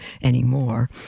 anymore